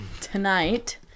Tonight